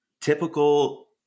typical